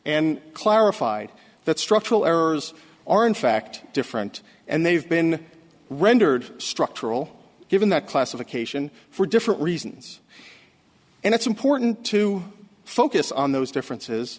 and clarified that structural errors are in fact different and they've been rendered structural given that classification for different reasons and it's important to focus on those differences